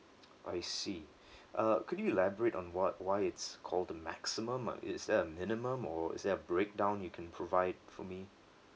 I see uh could you elaborate on what why it's called a maximum uh is there a minimum or is there a breakdown you can provide for me